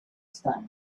style